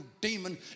demon